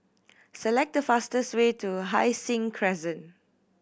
select the fastest way to Hai Sing Crescent